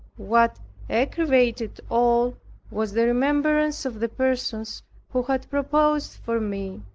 what aggravated all was the remembrance of the persons who had proposed for me,